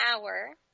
hour